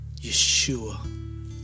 Yeshua